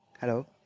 Hello